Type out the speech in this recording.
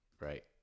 Right